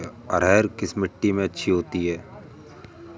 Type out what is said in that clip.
अरहर किस मिट्टी में अच्छी होती है?